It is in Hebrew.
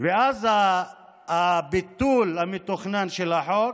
אז הביטול המתוכנן של החוק